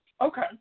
Okay